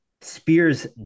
Spears